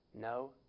No